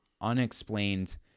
unexplained